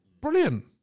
Brilliant